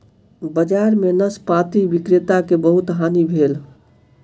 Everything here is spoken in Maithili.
बजार में नाशपाती विक्रेता के बहुत हानि भेल